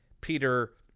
Peter